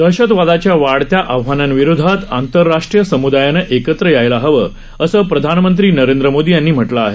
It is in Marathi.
दहशतवादाच्या वाढता आव्हानांविरोधात आंतरराष्टीय समुदायानं एकत्र यायला हवं असं प्रधानमंत्री नरेंद्र मोदी यांनी म्हटलं आहे